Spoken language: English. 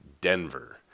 Denver